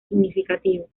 significativo